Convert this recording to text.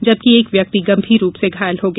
जबकि एक व्यक्ति गंभीर रूप से घायल हो गया